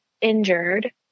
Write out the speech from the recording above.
injured